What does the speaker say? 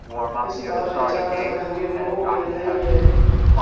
इस बार रिचार्ज महंगे हो गेलई हे